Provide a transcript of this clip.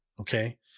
Okay